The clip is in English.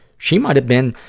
she might have been,